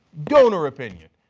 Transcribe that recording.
donor opinion,